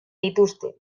dituzte